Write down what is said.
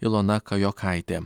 ilona kajokaitė